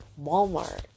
Walmart